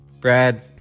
Brad